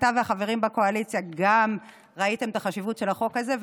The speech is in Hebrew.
שגם אתה והחברים בקואליציה ראיתם את החשיבות של החוק הזה,